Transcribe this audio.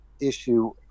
issue